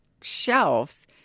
shelves –